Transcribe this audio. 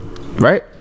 right